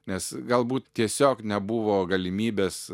nes galbūt tiesiog nebuvo galimybės